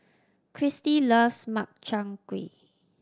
Cristi loves Makchang Gui